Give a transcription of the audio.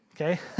Okay